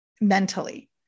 mentally